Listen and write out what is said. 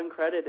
uncredited